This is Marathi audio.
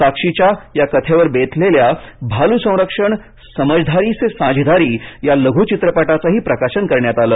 साक्षीच्या या कथेवर बेतलेल्या भालु संरक्षण समझदारी से साझीदारी या लघुचित्रपटाचंही प्रकाशन करण्यात आलं